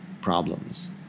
problems